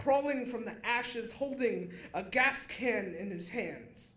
crawling from the ashes holding a gas can and in his hands